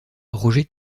roger